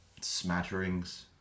smatterings